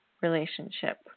relationship